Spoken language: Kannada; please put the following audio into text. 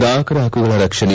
ಗ್ರಾಹಕರ ಹಕ್ಕುಗಳ ರಕ್ಷಣೆ